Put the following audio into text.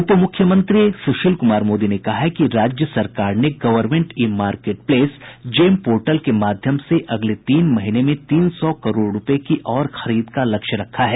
उप मुख्यमंत्री सुशील कुमार मोदी ने कहा है कि राज्य सरकार ने government e market place GeM portal के माध्यम से अगले तीन महीने में तीन सौ करोड़ रुपये की और खरीद का लक्ष्य रखा है